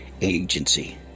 agency